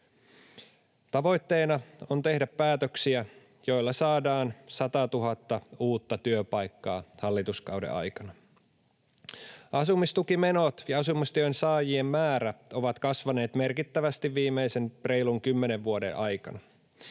Tavoitteena on tehdä päätöksiä, joilla saadaan 100 000 uutta työpaikkaa hallituskauden aikana. Asumistukimenot ja asumistuen saajien määrä ovat kasvaneet merkittävästi viimeisen reilun kymmenen vuoden aikana.